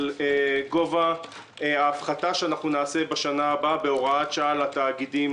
גובה ההפחתה שנעשה בשנה הבאה בהוראת שעה לתאגידים